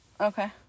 Okay